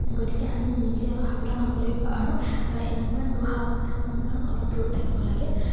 গতিকে আমি নিজে অলপ সাৱধান হ'ব লাগিব আৰু এনেকুৱা দুঃসাহসিকতাৰ পৰা অলপ দূৰত থাকিব লাগে